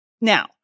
Now